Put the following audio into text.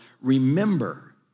remember